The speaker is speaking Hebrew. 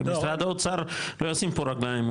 הרי משרד האוצר לא ישים פה רגליים,